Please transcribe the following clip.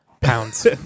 pounds